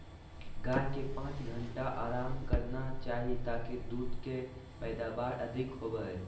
गाय के पांच घंटा आराम करना चाही ताकि दूध के पैदावार अधिक होबय